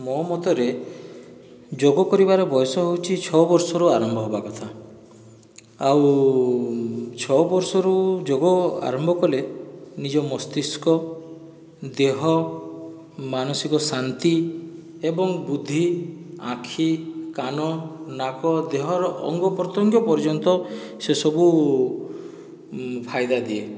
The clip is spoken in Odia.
ମୋ ମତରେ ଯୋଗ କରିବାର ବୟସ ହେଉଛି ଛଅ ବର୍ଷରୁ ଆରମ୍ଭ ହେବା କଥା ଆଉ ଛଅ ବର୍ଷରୁ ଯୋଗ ଆରମ୍ଭ କଲେ ନିଜ ମସ୍ତିସ୍କ ଦେହ ମାନସିକ ଶାନ୍ତି ଏବଂ ବୁଦ୍ଧି ଆଖି କାନ ନାକ ଦେହର ଅଙ୍ଗ ପ୍ରତ୍ୟଙ୍ଗ ପର୍ଯ୍ୟନ୍ତ ସେ ସବୁ ଫାଇଦା ଦିଏ